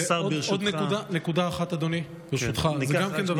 אדוני, ברשותך, עוד נקודה אחת, גם זה דבר חשוב.